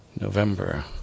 November